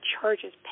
charges